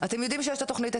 אתם יודעים שיש את התוכנית,